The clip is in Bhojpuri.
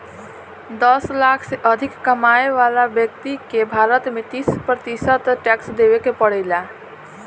दस लाख से अधिक कमाए वाला ब्यक्ति के भारत में तीस प्रतिशत टैक्स देवे के पड़ेला